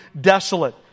desolate